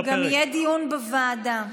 גם יהיה דיון בוועדה.